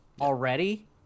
already